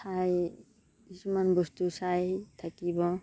চাই কিছুমান বস্তু চাই থাকিব